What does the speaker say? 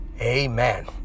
Amen